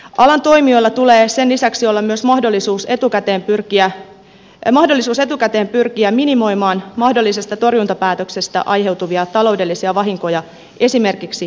alan toimijoilla tulee sen lisäksi olla myös mahdollisuus etukäteen pyrkiä minimoimaan mahdollisesta torjuntapäätöksestä aiheutuvia taloudellisia vahinkoja esimerkiksi vakuutusjärjestelyin